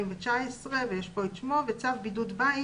Coronavirus 2019 - nCoV); "צו בידוד בית"